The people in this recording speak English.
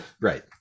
right